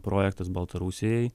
projektas baltarusijai